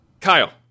Kyle